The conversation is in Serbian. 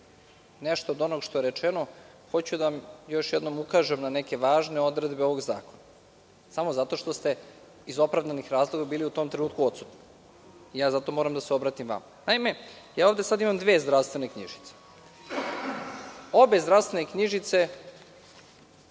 nešto od onoga što je rečeno, hoću da vam još jednom ukažem na neke važne odredbe ovog zakona, samo zato što ste iz opravdanih razloga bili u tom trenutku odsutni i ja zato moram da se obratim vama. Naime, ovde sada imam dve zdravstvene knjižice. Obe zdravstvene knjižice